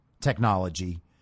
technology